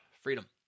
Freedom